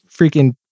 freaking